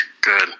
Good